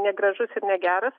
negražus ir negeras